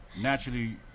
Naturally